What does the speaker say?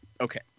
okay